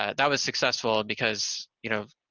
ah that was successful, because, you know,